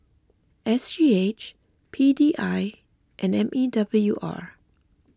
S G H P D I and M E W R